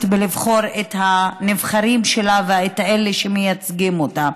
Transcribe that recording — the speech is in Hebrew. לבחור את הנבחרים שלה ואת אלה שמייצגים אותה.